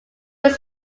was